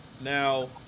Now